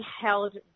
held